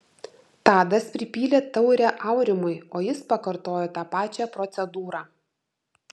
tadas pripylė taurę aurimui o jis pakartojo tą pačią procedūrą